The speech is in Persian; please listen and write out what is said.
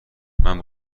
منم